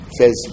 says